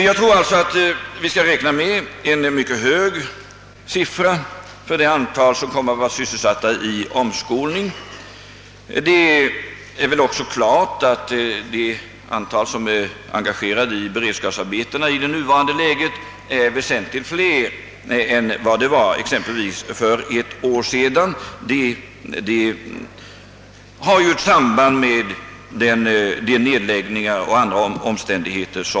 Vi kan alltså räkna med höga siffror för de människor som deltar i omskolningsverksamheten. Klart är väl också att de som nu är sysselsatta i beredskapsarbeten är väsentligt fler än för ett år sedan. Det hör samman med de nedläggningar som förekommit.